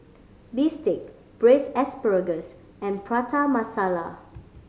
bistake Braised Asparagus and Prata Masala